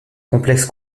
complexe